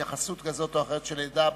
בהתייחסות כזאת או אחרת של עדה.